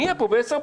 נהיה פה ב-22:00.